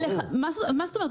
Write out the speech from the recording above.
מה זאת אומרת?